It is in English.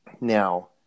now